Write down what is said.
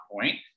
point